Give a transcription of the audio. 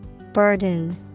Burden